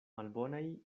malbonaj